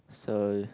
so